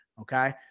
Okay